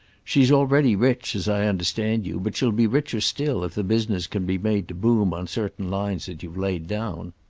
she's already rich, as i understand you, but she'll be richer still if the business can be made to boom on certain lines that you've laid down.